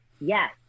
Yes